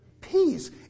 peace